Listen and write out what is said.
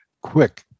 quick